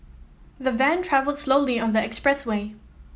the van travelled slowly on the expressway